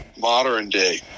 Modern-day